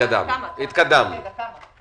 בעניין של התשלום אחורה יש לך בעיה, כי